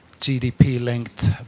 GDP-linked